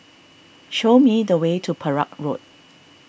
show me the way to Perak Road